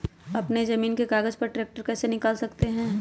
अपने जमीन के कागज पर ट्रैक्टर कैसे निकाल सकते है?